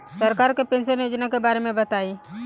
सरकार के पेंशन योजना के बारे में बताईं?